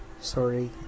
sorry